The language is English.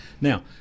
Now